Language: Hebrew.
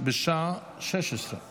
ותיכנס לספר החוקים.